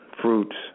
fruits